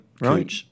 right